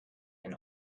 and